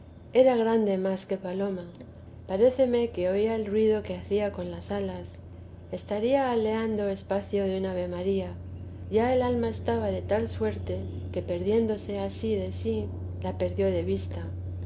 era grande más que paloma paréceme que oía el ruido que hacía con las alas estaría aleando espacio de un ave maría ya el alma estaba de tal suerte que perdiéndose a sí de sí la prerdió de vista